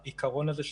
העיקרון הזה,